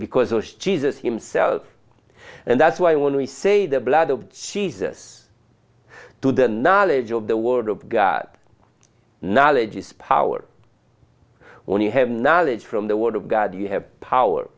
because jesus himself and that's why when we say the blood of jesus to the knowledge of the word of god knowledge is power when you have knowledge from the word of god you have power